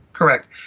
Correct